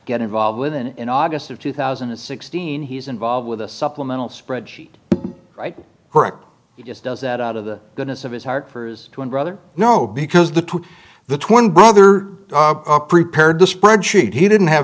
get involved with and in august of two thousand and sixteen he's involved with a supplemental spreadsheet correct he just does that out of the goodness of his heart for his twin brother no because the two the twin brother prepared the spreadsheet he didn't have